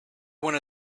wanna